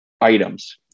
items